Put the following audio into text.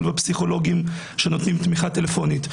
ופסיכולוגים שנותנים תמיכה טלפונית.